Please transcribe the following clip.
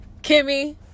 Kimmy